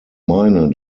meine